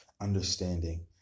understanding